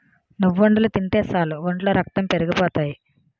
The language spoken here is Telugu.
నువ్వుండలు తింటే సాలు ఒంట్లో రక్తం పెరిగిపోతాయి